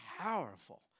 powerful